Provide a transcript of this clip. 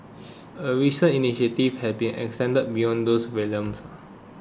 a recent initiative has extended beyond those realms